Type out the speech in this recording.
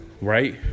Right